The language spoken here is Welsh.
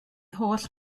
holl